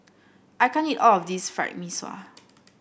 I can't eat all of this Fried Mee Sua